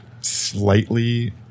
slightly